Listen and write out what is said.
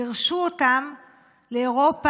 וגירשו אותם לאירופה,